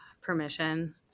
Permission